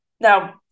Now